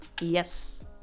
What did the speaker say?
yes